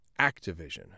Activision